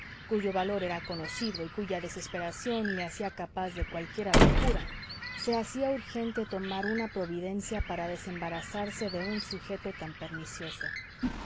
cuyo valor era conocido y cuya desesperación le hacía capaz de cualquiera locura se hacía urgente tomar una providencia para desembarazarse de un sujeto tan pernicioso